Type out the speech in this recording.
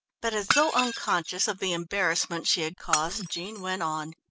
but as though unconscious of the embarrassment she had caused, jean went on.